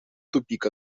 тупик